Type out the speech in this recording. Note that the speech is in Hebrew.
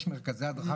יש מרכזי הדרכה,